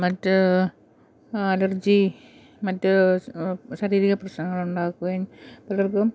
മറ്റ് അലർജി മറ്റ് ശാരീരിക പ്രശ്നങ്ങളുണ്ടാക്കുകയും പലർക്കും